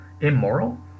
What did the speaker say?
immoral